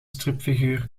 stripfiguur